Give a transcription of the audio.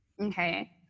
Okay